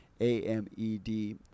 AMED